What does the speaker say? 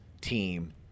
team